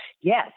Yes